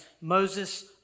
Moses